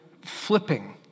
flipping